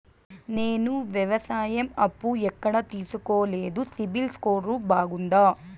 నేను వ్యవసాయం అప్పు ఎక్కడ తీసుకోలేదు, సిబిల్ స్కోరు బాగుందా?